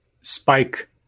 spike